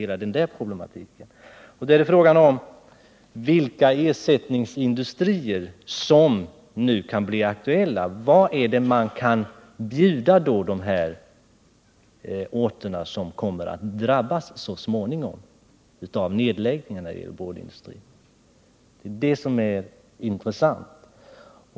Hela den där problematiken känner vi till. Det är fråga om vilka ersättningsindustrier som nu kan bli aktuella. Vad kan man bjuda de orter som så småningom kommer att drabbas av nedläggningar inom boardindustrin? Det är det som är intressant.